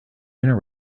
dinner